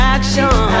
Action